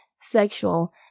sexual